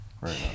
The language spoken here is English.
right